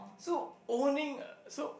so owning a so